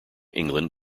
england